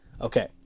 Okay